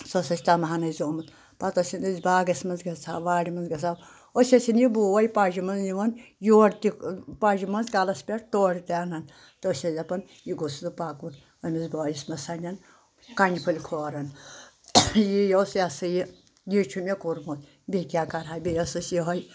سُہ اوس تَمہٕ ہن اسہِ زومُت پَتہٕ ٲسِن أسۍ باغَس منٛز گژھَو وارِ منٛز گژھَو أسۍ ٲسِن یہِ بوے پجہِ منٛز نِوان یور تہِ پَجہِ منٛز کَلَس پؠٹھ تورٕ تہِ اَنان تہٕ أسۍ ٲسۍ دَپان یہِ گوٚژھ نٕہ پَکُن أمِس بٲیِس منٛز سانؠن کَنہِ پھٔلۍ کھورَن یی اوس یہِ ہسا یہِ چھُ مےٚ کوٚرمُت بیٚیہِ کیاہ کَرہا بیٚیہِ ٲسٕس یِہُوے